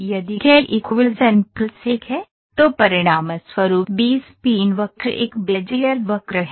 यदि k n 1 है तो परिणामस्वरूप बी स्पीन वक्र एक बेजियर वक्र है